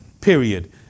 Period